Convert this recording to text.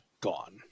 gone